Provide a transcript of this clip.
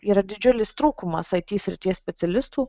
yra didžiulis trūkumas it srities specialistų